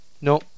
No